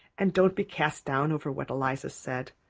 and don't be cast down over what eliza said.